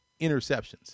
Interceptions